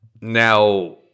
Now